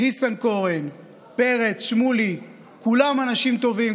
ניסנקורן, פרץ, שמולי, כולם אנשים טובים.